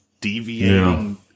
deviating